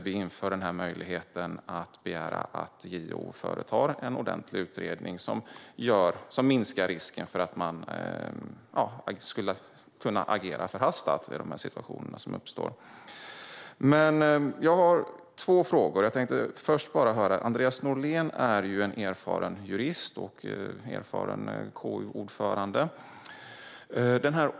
Vi inför också möjligheten att begära att JO företar en ordentlig utredning, vilket minskar risken att man agerar förhastat i de situationer som uppstår. Jag har dock två frågor. Andreas Norlén är ju en erfaren jurist och KU-ordförande.